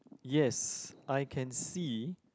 yes I can see